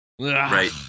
Right